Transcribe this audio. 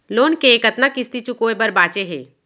Loan के कतना किस्ती चुकाए बर बांचे हे?